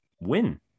win